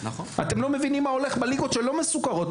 אתם לא מבינים מה הולך בליגות שלא מסוקרות.